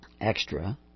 extra